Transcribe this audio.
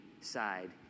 side